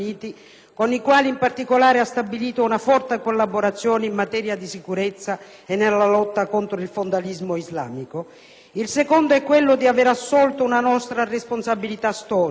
con i quali, in particolare, ha stabilito una forte collaborazione in materia di sicurezza e nella lotta contro il fondamentalismo islamico. Il secondo è quello di aver assolto una nostra responsabilità storica,